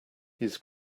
his